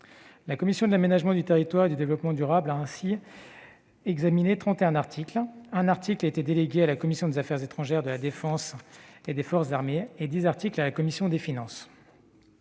La commission de l'aménagement du territoire et du développement durable a ainsi examiné trente et un articles, un article ayant été délégué à la commission des affaires étrangères, de la défense et des forces armées et dix articles ayant été confiés à la commission des finances.